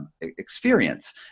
experience